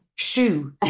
Shoe